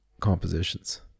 compositions